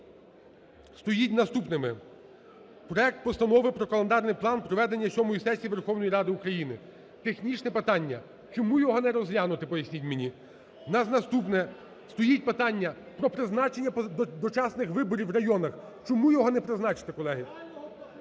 стоїть наступними: проект Постанови про календарний план проведення сьомої сесії Верховної Ради України – технічне питання. Чому його не розглянути, поясніть мені. В нас наступне стоїть питання про призначення дочасних виборів в районах. Чому його не призначити, колеги?